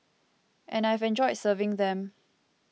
and I've enjoyed serving them